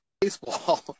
baseball